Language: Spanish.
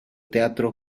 teatro